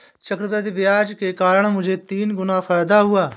चक्रवृद्धि ब्याज के कारण मुझे तीन गुना फायदा हुआ